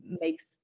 makes